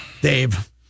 Dave